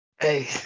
Hey